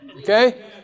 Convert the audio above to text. Okay